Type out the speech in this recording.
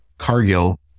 Cargill